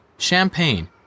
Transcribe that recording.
champagne